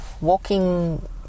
walking